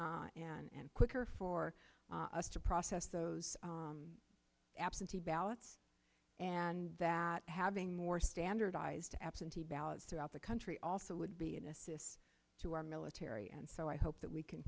easier and quicker for us to process those absentee ballots and that having more standardized absentee ballots throughout the country also would be an assist to our military and so i hope that we can